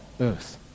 earth